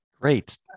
Great